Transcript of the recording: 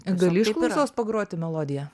gali iš klausos pagroti melodiją